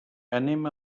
anem